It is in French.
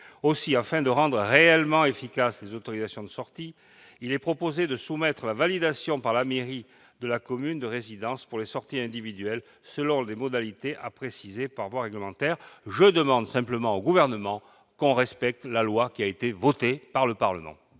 Aussi, afin de rendre réellement efficace l'AST, il est proposé de la soumettre à la validation par la mairie de la commune de résidence pour les sorties individuelles, selon des modalités à préciser par voie réglementaire. Je demande simplement au Gouvernement que l'on respecte la loi qui a été adoptée par le Parlement.